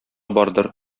бардыр